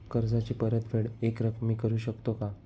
कर्जाची परतफेड एकरकमी करू शकतो का?